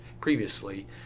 previously